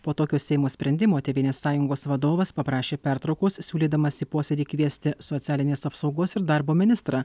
po tokio seimo sprendimo tėvynės sąjungos vadovas paprašė pertraukos siūlydamas į posėdį kviesti socialinės apsaugos ir darbo ministrą